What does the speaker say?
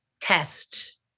test